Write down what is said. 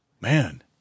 Man